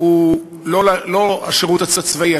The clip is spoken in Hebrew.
הוא לא השירות הצבאי.